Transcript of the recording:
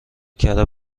کره